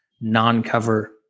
non-cover